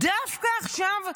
דווקא עכשיו,